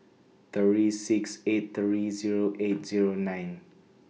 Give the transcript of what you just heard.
three six eight three Zero eight Zero nine